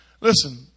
listen